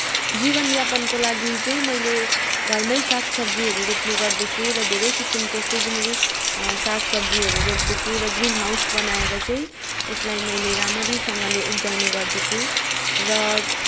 जीवनयापनको लागि चाहिँ मैले घरमा साग सब्जीहरू रोप्ने गर्दछु र धेरै किसिमको सिजनल साग सब्जीहरू रोप्दछु र ग्रिन हाउस बनाएर चाहिँ यसलाई मैले राम्रोसँगले उब्जाउने गर्दछु र